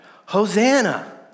Hosanna